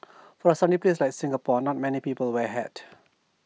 for A sunny place like Singapore not many people wear A hat